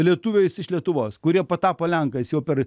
lietuviais iš lietuvos kurie patapo lenkais jau per